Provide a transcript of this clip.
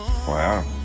Wow